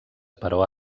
però